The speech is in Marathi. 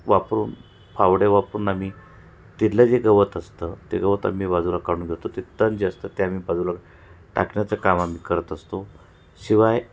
वापरून फावडे वापरून आम्ही तिथलं जे गवत असतं ते गवत आम्ही बाजूला काढून घेतो ते तण जे असतं ते आम्ही बाजूला टाकण्याचं काम आम्ही करत असतो शिवाय